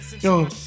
yo